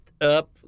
up